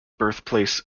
birthplace